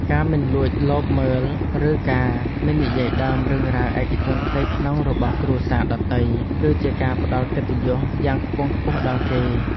ការមិនលួចលបមើលឬការមិននិយាយដើមរឿងរ៉ាវឯកជនផ្ទៃក្នុងរបស់គ្រួសារដទៃ គឺជាការផ្តល់កិត្តិយសយ៉ាងខ្ពង់ខ្ពស់ដល់គេ។